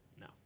No